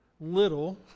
little